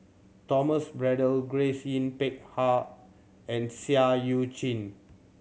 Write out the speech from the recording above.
Thomas Braddell Grace Yin Peck Ha and Seah Eu Chin